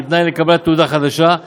כתנאי לקבלת תעודה חדשה,